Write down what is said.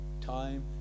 time